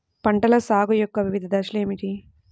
పంటల సాగు యొక్క వివిధ దశలు ఏమిటి?